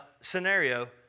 scenario